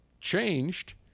changed